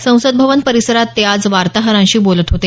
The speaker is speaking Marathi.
संसद भवन परिसरात ते आज वार्ताहरांशी बोलत होते